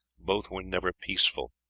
both were never peaceful.